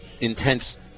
intense